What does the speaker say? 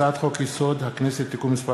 הצעת חוק-יסוד: הכנסת (תיקון מס'